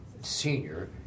Senior